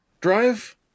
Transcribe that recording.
drive